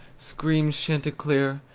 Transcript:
screams chanticleer,